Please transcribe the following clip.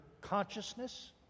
consciousness